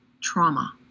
trauma